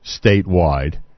statewide